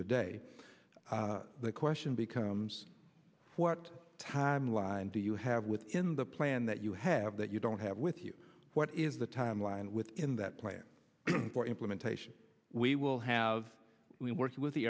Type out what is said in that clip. today the question becomes what timeline do you have within the plan that you have that you don't have with you what is the timeline within that plan for implementation we will have we worked with the